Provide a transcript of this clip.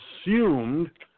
assumed